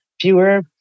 fewer